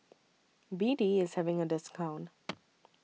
B D IS having A discount